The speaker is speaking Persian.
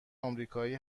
آمریکایی